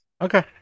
okay